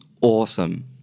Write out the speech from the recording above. awesome